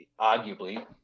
arguably